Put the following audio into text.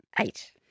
Eight